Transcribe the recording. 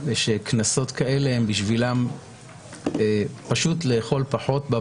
קנסות כאלה בשבילם זה לאכול פחות.